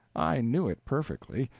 i knew it perfectly,